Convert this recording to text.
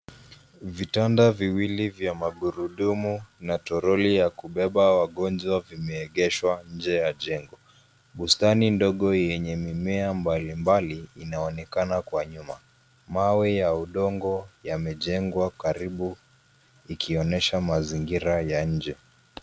Vitanda viwili vya magurudumu na toroli ya kubeba wagonjwa vimeegeshwa nje ya jengo. Bustani ndogo yenye mimea mbalimbali inaonekana kwa nyuma. Mawe ya udongo yamejengwa karibu ikionyesha mazingira ya nje.